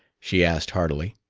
she asked heartily.